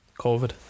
COVID